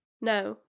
No